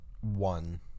one